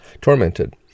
tormented